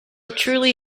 truly